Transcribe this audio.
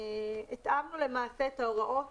התאמנו למעשה את ההוראות